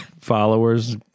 followers